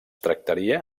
tractaria